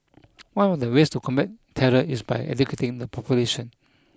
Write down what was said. one of the ways to combat terror is by educating the population